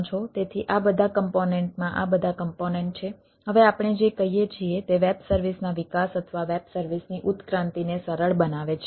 તેથી આ બધા કમ્પોનેન્ટમાં આ બધા કમ્પોનેન્ટ છે હવે આપણે જે કહીએ છીએ તે વેબ સર્વિસના વિકાસ અથવા વેબ સર્વિસની ઉત્ક્રાંતિને સરળ બનાવે છે